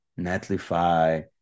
Netlify